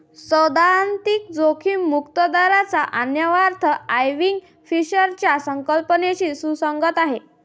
सैद्धांतिक जोखीम मुक्त दराचा अन्वयार्थ आयर्विंग फिशरच्या संकल्पनेशी सुसंगत आहे